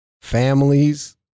families